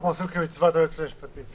אנחנו עושים כמצוות היועצת המשפטית.